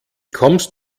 kommst